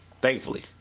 Thankfully